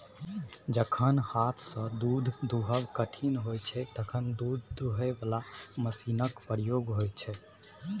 जखन हाथसँ दुध दुहब कठिन होइ छै तखन दुध दुहय बला मशीनक प्रयोग होइ छै